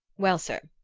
well, sir,